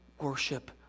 worship